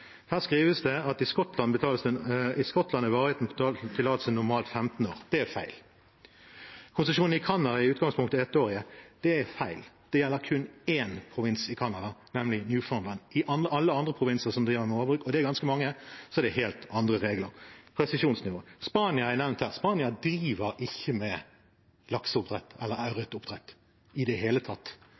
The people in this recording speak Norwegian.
Her skrives det at i Skottland er varigheten på tillatelser normalt 15 år. Det er feil. Det står at konsesjonene i Canada i utgangspunktet er ettårige. Det er i feil. Det gjelder kun én provins i Canada, nemlig Newfoundland. I alle andre provinser som driver med havbruk, og det er ganske mange, er det helt andre regler. Presisjonsnivå: Spania er nevnt her. Spania driver ikke med lakseoppdrett eller ørretoppdrett i det hele tatt.